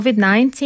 COVID-19